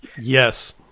Yes